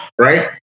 right